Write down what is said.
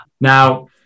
Now